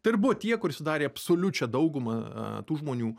tai ir buvo tie kurie sudarė absoliučią daugumą tų žmonių